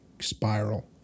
spiral